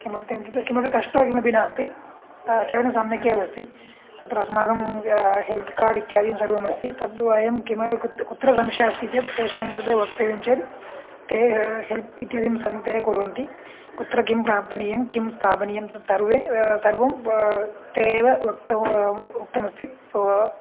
किमर्थम् इत्युक्ते किमपि कष्टं किमपि नास्ति केवलं सम्यगेव अस्ति तत्र अस्माकं हेल्थ् कार्ड् इत्यादिसर्वम् अस्ति तद्वयं किं कुत्र संशयः अस्ति चेत् तेषां कृते वक्तव्यं चेद् ते हेल्प् इत्यादिकं सम्यक्तया कुर्वन्ति कुत्र किं प्रापणीयं किं स्थापनीयं तत् सर्वे सर्वं ते एव उक्तम् अस्ति